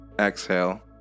exhale